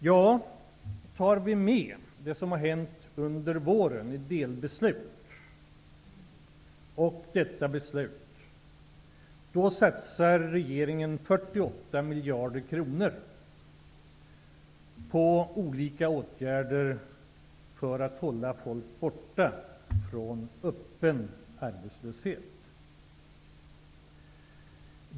Med det delbeslut som tidigare har fattats under våren och med dagens beslut, ser vi att regeringen satsar 48 miljarder kronor på olika åtgärder för att hålla folk borta från öppen arbetslöshet.